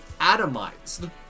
atomized